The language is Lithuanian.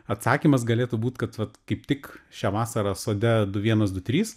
atsakymas galėtų būt kad vat kaip tik šią vasarą sode du vienas du trys